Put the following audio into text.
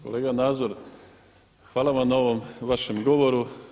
Kolega Nazor, hvala vam na ovom vašem govoru.